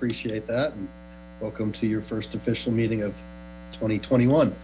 appreciate that welcome to your first official meeting of twenty twenty one